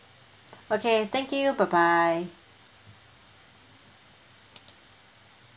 okay thank you bye bye